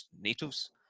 natives